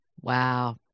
Wow